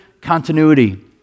continuity